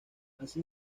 así